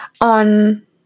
on